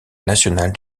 nationale